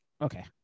Okay